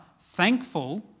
thankful